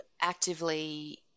actively